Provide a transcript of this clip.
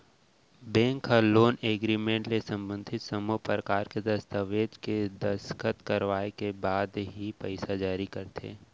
bank ह loan agreement ले संबंधित सब्बो परकार के दस्ताबेज के दस्कत करवाए के बाद ही पइसा जारी करथे